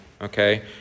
Okay